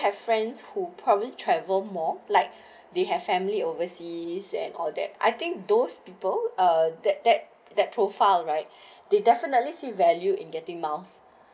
have friends who probably travel more like they have family overseas and all that I think those people uh that that that profile right they definitely see value in getting miles